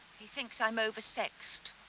he thinks i'm oversexed.